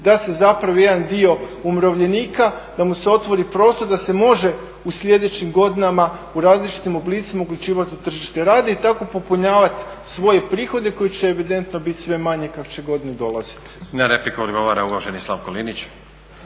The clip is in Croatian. razumije./… jedan dio umirovljenika, da mu se otvori prostor da se može u sljedećim godinama, u različitim oblicima uključivati u tržište rada i tako popunjavati svoje prihode kojih će evidentno biti sve manje kako će godine dolaziti. **Stazić, Nenad (SDP)** Na repliku odgovara uvaženi Slavko Linić.